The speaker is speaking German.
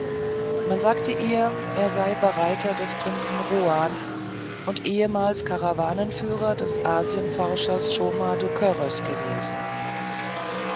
man sagte ihr er sei bereiter des prinzen rohan und ehemals karawanenführer des asienforschers csoma de körös gewesen